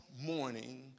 morning